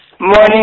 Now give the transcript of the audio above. morning